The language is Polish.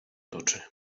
toczy